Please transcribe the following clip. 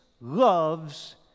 loves